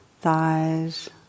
thighs